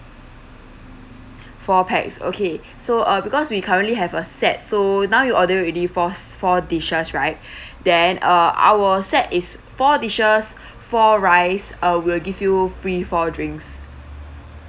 four pax okay so uh because we currently have a set so now you order already fours four dishes right then uh our set is four dishes four rice uh we'll give you free four drinks